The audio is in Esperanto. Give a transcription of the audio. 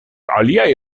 aliaj